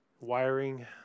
wiring